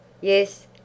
Yes